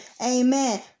Amen